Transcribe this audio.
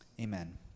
amen